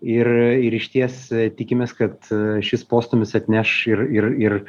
ir ir išties tikimės kad šis postūmis atneš ir ir ir